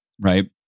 right